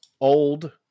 Old